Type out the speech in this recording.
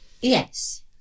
Yes